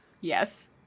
Yes